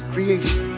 Creation